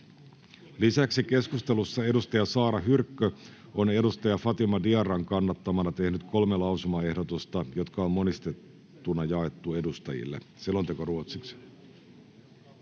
Lisäksi keskustelussa Saara Hyrkkö on Fatim Diarran kannattamana tehnyt kolme lausumaehdotusta, jotka on monistettuna jaettu edustajille. (Pöytäkirjan